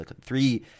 Three